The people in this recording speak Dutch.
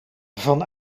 van